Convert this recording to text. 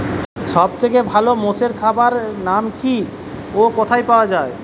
সব থেকে ভালো মোষের খাবার নাম কি ও কোথায় পাওয়া যায়?